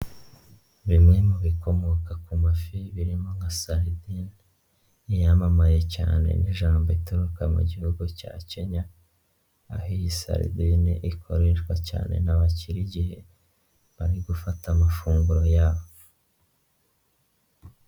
Bimwe mu bikomoka ku mafi birimo nka saridine iyamamaye cyane ni Jambo ituruka mu gihugu cya Kenya, aho iyi saridine ikoreshwa cyane n'abakire igihe bari gufata amafunguro yabo.